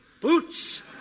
Boots